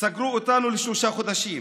סגרו אותנו לשלושה חודשים.